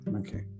Okay